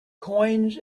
coins